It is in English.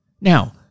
now